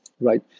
right